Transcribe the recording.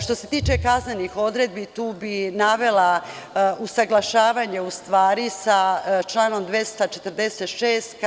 Što se tiče kaznenih odredbi tu bih navela usaglašavanje sa članom 246.